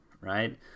right